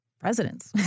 presidents